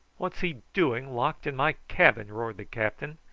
what's he doing locked in my cabin? roared the captain.